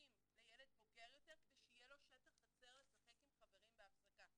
בממתקים לילד בוגר יותר כדי שיהיה לו שטח חצר לשחק עם חברים בהפסקה,